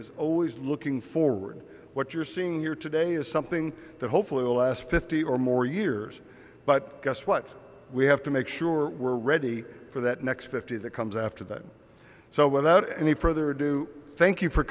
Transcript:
is always looking forward what you're seeing here today is something that hopefully will last fifty or more years but guess what we have to make sure we're ready for that next fifty that comes after that so without any further ado thank you for